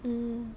mm